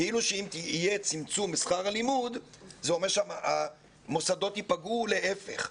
כאילו שאם יהיה צמצום בשכר הלימוד זה אומר שהמוסדות ייפגעו ולהיפך.